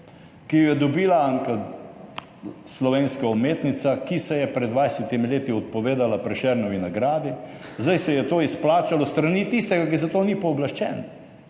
ki jo je dobila slovenska umetnica, ki se je pred 20. leti odpovedala Prešernovi nagradi. Zdaj se je to izplačalo s strani tistega, ki za to ni pooblaščen,